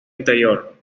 interior